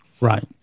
Right